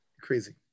crazy